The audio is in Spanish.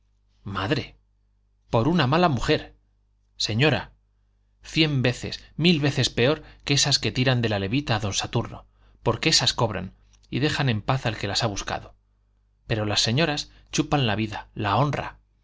madre por una mala mujer señora cien veces mil veces peor que esas que le tiran de la levita a don saturno porque esas cobran y dejan en paz al que las ha buscado pero las señoras chupan la vida la honra